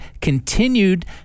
continued